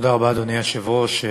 ראשון הדוברים, חבר